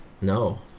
No